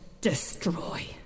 destroy